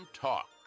talk